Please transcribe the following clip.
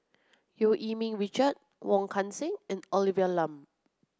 Eu Yee Ming Richard Wong Kan Seng and Olivia Lum